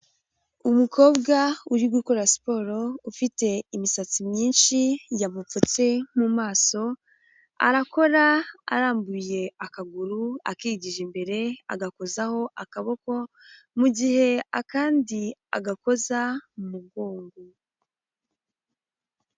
Umukobwa uri gukora siporo, ufite imisatsi myinshi yamupfutse mu maso, arakora arambuye akaguru akigije imbere agakozaho akaboko, mu gihe akandi agakoza mu mugongo.